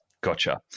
Gotcha